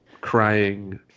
crying